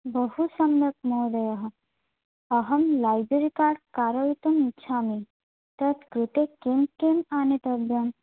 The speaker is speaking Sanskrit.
बहुसम्यक् महोदय अहं लैब्ररी कार्ड् कारयितुम् इच्छामि तत्कृते किं किम् आनेतव्यं